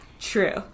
true